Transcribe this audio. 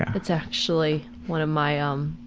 it's actually one of my um,